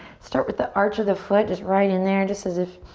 start with the arch of the foot, just right in there, just as if